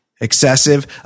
Excessive